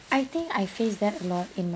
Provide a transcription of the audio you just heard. I think I faced that a lot in my